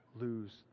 lose